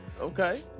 Okay